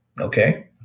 okay